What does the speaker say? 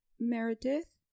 Meredith